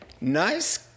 Nice